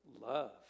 love